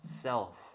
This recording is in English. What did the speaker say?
self